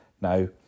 now